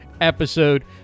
episode